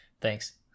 Thanks